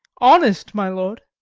honest, my lord!